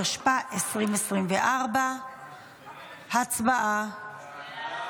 התשפ"ה 2024. הצבעה.